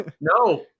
No